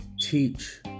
teach